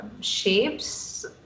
shapes